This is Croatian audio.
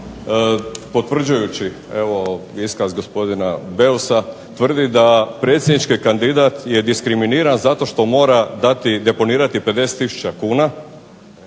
potvrđujući evo iskaz gospodina Beusa tvrda da predsjednički kandidat je diskriminiran zato što mora dati, deponirati 50000 kuna